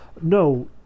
No